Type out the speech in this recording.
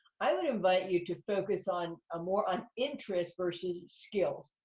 i would invite you to focus on, ah more on interest versus skills.